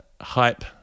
hype